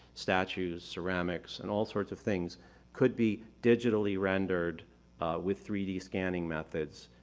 statues, ceramics and all sorts of things could be digitally rendered with three d scanning methods.